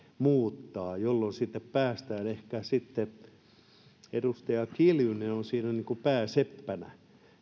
muuttaa jolloin sitten päästään ehkä oikeaan harkintaan edustaja kiljunen on siinä niin kuin pääseppänä